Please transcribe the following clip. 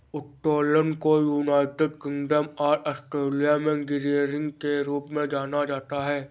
उत्तोलन को United Kingdom और ऑस्ट्रेलिया में गियरिंग के रूप में जाना जाता है